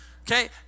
okay